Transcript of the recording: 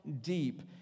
deep